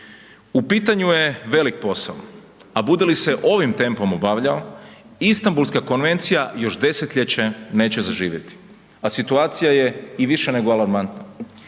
U pitanju je velik posao, a bude li se ovim tempom obavljao, Istambulska konvencija još desetljeće neće zaživjeti, a situacija je i više nego alarmantna